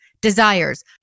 desires